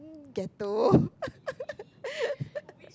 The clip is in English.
ghetto